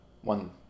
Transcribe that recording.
One